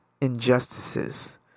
injustices